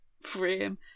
frame